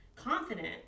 Confident